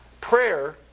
prayer